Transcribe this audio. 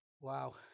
Wow